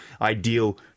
ideal